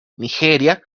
nigeria